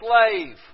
slave